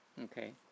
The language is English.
okay